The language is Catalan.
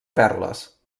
perles